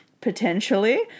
potentially